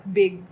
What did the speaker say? big